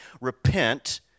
repent